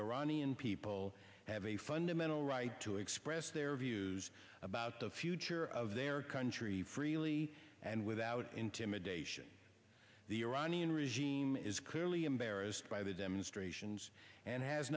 iranian people have a fundamental right to express their views about the future of their country freely and without intimidation the iranian regime is clearly embarrassed by the demonstrations and has